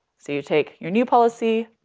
so you take your new policy,